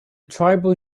tribal